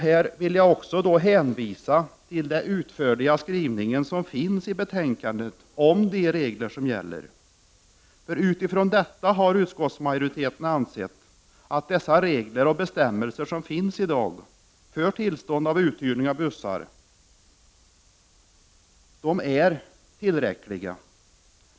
Här vill jag hänvisa till den utförliga skrivningen i betänkandet om de regler som gäller. Utskottsmajoriteten har ansett att de regler och bestämmelser som i dag finns för tillstånd till uthyrning av bussar är tillräckliga.